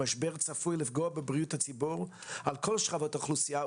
המשבר צפוי לפגוע בבריאות הציבור על כל שכבות האוכלוסייה,